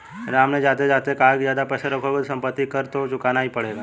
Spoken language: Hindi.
राम ने जाते जाते कहा कि ज्यादा पैसे रखोगे तो सम्पत्ति कर तो चुकाना ही पड़ेगा